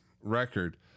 record